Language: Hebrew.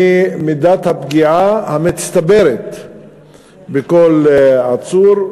ממידת הפגיעה המצטברת בכל עצור.